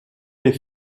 les